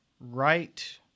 right